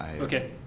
Okay